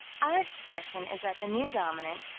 our expression is that the new dominant,